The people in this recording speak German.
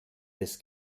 des